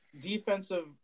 defensive –